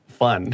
fun